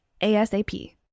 ASAP